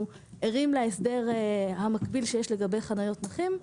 אנחנו ערים להסדר המקביל שיש לגבי חניות נכים.